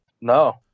No